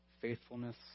faithfulness